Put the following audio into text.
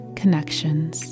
connections